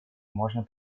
можно